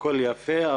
הכול יפה,